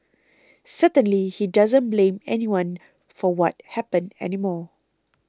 certainly he doesn't blame anyone for what happened anymore